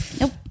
Nope